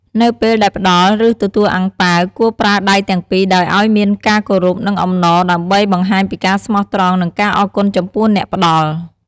នៅពេលដែលផ្តល់ ឬទទួលអាំងប៉ាវ គួរប្រើដៃទាំងពីរដោយអោយមានការគោរព និងអំណរ ដើម្បីបង្ហាញពីការស្មោះត្រង់ និងការអរគុណចំពោះអ្នកផ្តល់។